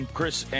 Chris